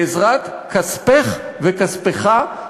בעזרת כספךְ וכספךָ,